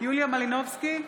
יוליה מלינובסקי,